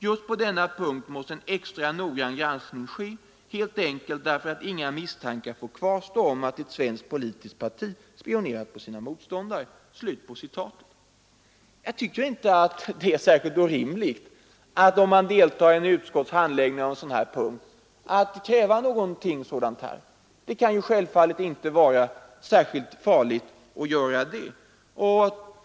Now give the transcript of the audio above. Just på denna punkt måste en extra noggrann granskning ske, helt enkelt därför att inga misstankar får kvarstå om att ett svenskt politiskt parti spionerat på sina motståndare.” Jag tycker inte det är orimligt att kräva detta om man deltar i ett utskotts handläggning av en fråga av detta slag — det kan inte vara särskilt farligt.